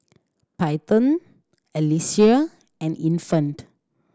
Peyton Alesia and Infant